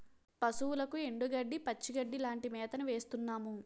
పశువులకు ఎండుగడ్డి, పచ్చిగడ్డీ లాంటి మేతను వేస్తున్నాము